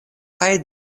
kaj